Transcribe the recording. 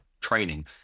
training